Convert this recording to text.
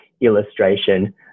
illustration